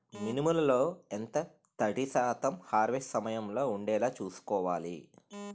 మినుములు లో ఎంత తడి శాతం హార్వెస్ట్ సమయంలో వుండేలా చుస్కోవాలి?